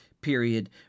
period